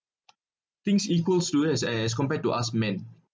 things equals to is as compared to us men